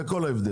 זה כל ההבדל.